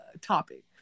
topic